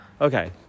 okay